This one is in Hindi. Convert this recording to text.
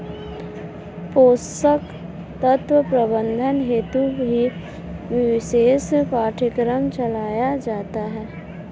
पोषक तत्व प्रबंधन हेतु ही विशेष पाठ्यक्रम चलाया जाता है